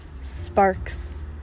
sparks